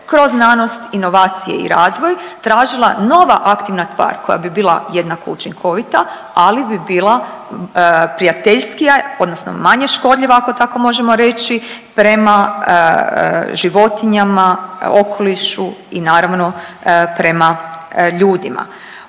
kroz znanost, inovacije i razvoj tražila nova aktivna tvar koja bi bila jednako učinkovita, ali bi bila prijateljskija odnosno manje škodljiva ako tako možemo reći prema životinjama, okolišu i naravno prema ljudima.